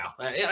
now